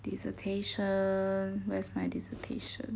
dissertation where's my dissertation